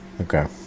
Okay